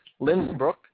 Lindbrook